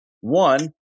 One